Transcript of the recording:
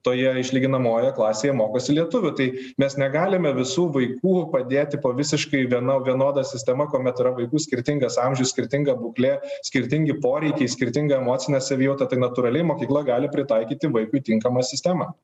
toje išlyginamojoje klasėje mokosi lietuvių tai mes negalime visų vaikų padėti po visiškai viena vienoda sistema kuomet yra vaikų skirtingas amžius skirtinga būklė skirtingi poreikiai skirtinga emocinė savijauta tai natūraliai mokykla gali pritaikyti vaikui tinkamą sistemą